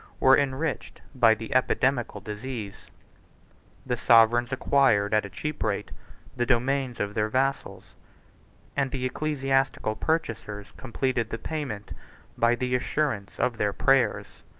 were enriched by the epidemical disease the sovereigns acquired at a cheap rate the domains of their vassals and the ecclesiastical purchasers completed the payment by the assurance of their prayers.